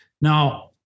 Now